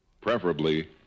preferably